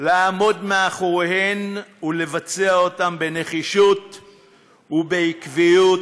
לעמוד מאחוריהן ולבצע אותן בנחישות ובעקביות.